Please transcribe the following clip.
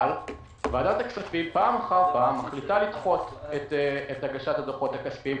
אבל ועדת הכספים פעם אחר פעם מחליטה לדחות את הגשת הדוחות הכספיים,